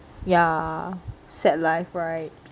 ya sad life [right]